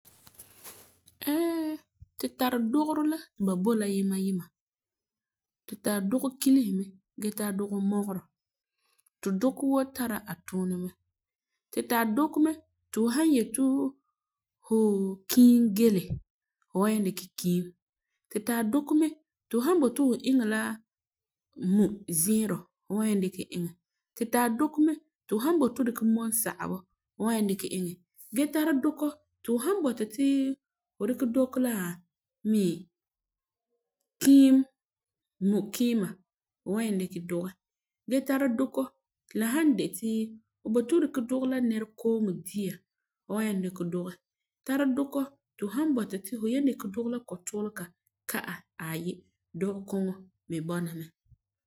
Ɛɛ, tu tari dugerɔ la ti ba bo la yima yima, tu tari dukɔ kilesi me gee tara dugemɔgerɔ ti dukɔ woo tari a tuunɛ mɛ. Tu tari dukɔ mɛ fu san yeti hu kiim gele, fu nyaŋɛ dikɛ kiim. Tu tari dukɔ mɛ ti fu san boti fu iŋɛ la muzɛɛrɔ, fu nyaŋɛ dikɛ iŋɛ. Tu taro dukɔ mɛ ti fu san boti fu dikɛ mɔm sagebɔ, fu wan nyaŋɛ iŋa gee tara dukɔ ti fu san bɔta tii fu dikɛ dukɔ la mi kiim muikiima fu was nyaŋɛ dikɛ dugɛ. Gee tara dukɔ ti la han de ti fu boti fu dikɛ dugɛ la.nɛrikooŋɔ dia fu wan nyaŋɛ dikɛ dugɛ. Tara dukɔ ti han de ti fu boti fu dikɛ dugɛ la kotuulega ka'a aayi dukɔ koŋɔ mi bɔna mɛ.